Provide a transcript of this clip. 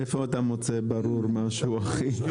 איפה אתה מוצא ברור משהו, אחי?